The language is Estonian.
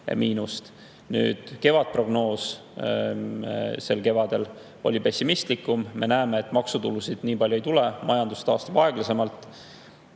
Kevadprognoos sel kevadel oli pessimistlikum, me näeme, et maksutulusid nii palju ei tule, majandus taastub aeglasemalt.